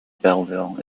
belleville